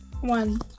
one